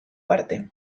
parte